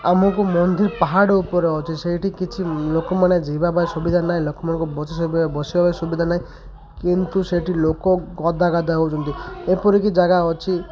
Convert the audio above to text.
ଆମକୁ ମନ୍ଦିର ପାହାଡ଼ ଉପରେ ଅଛି ସେଇଠି କିଛି ଲୋକମାନେ ଯିବା ପାଇଁ ସୁବିଧା ନାହିଁ ଲୋକମାନଙ୍କୁ ପାଇଁ ସୁବିଧା ନାହିଁ କିନ୍ତୁ ସେଇଠି ଲୋକ ଗଦା ଗାଦା ହେଉଛନ୍ତି ଏପରିକି ଜାଗା ଅଛି